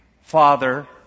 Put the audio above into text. Father